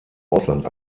ausland